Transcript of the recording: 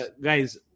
guys